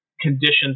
conditions